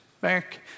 back